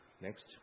next